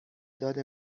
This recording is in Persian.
داد